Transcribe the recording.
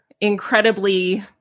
incredibly